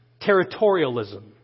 territorialism